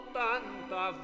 tanta